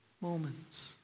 moments